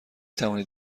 توانید